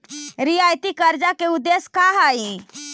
रियायती कर्जा के उदेश्य का हई?